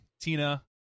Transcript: Tina